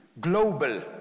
Global